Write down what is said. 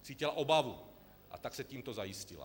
Cítila obavu, a tak se tímto zajistila.